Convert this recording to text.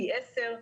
פי עשר,